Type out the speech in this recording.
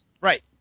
Right